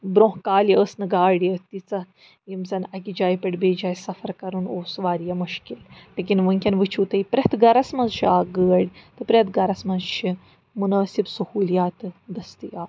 برٛونٛہہ کالہِ ٲس نہٕ گاڑِ تیٖژاہ یِم زَن اَکہِ جایہِ پٮ۪ٹھ بیٚیِس جایہِ سفر کَرُن اوس واریاہ مشکل لیکِن وُنٛکیٚن وُچھِو تُہۍ پرٛیٚتھ گھرَس منٛز چھِ اَکھ گٲڑۍ تہٕ پرٛیٚتھ گھرَس منٛز چھِ مُنٲسِب سہوٗولیات دٔستِیاب